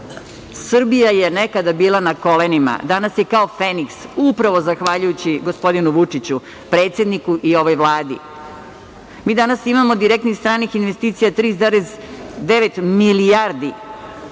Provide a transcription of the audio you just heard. Srbija je nekada bila na kolenima, a danas je kao feniks, upravo zahvaljujući gospodinu Vučiću, predsedniku i ovoj Vladi. Mi danas imamo direktnih stranih investicija 3,9 milijardi.